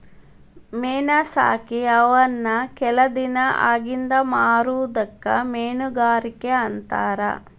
ಮೇನಾ ಸಾಕಿ ಅವನ್ನ ಕೆಲವ ದಿನಾ ಅಗಿಂದ ಮಾರುದಕ್ಕ ಮೇನುಗಾರಿಕೆ ಅಂತಾರ